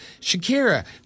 Shakira